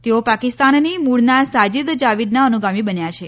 તેઓ પાકિસ્તાનની મૂળના સાજીદ જાવીદના અનુગામી બન્યા છે